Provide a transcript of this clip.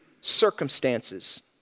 circumstances